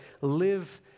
live